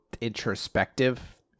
introspective